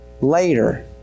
later